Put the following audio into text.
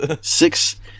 Six